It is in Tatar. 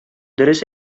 дөрес